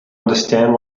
understand